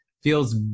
feels